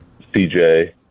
CJ